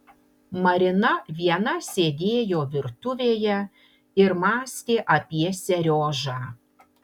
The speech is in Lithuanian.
marina viena sėdėjo virtuvėje ir mąstė apie seriožą